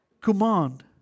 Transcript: command